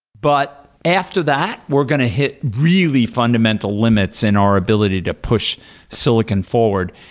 but after that, we're going to hit really fundamental limits in our ability to push silicon forward.